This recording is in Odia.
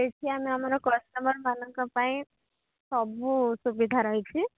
ଏଠି ଆମେ ଆମର କଷ୍ଟମରମାନଙ୍କ ପାଇଁ ସବୁ ସୁବିଧା ରହିଛି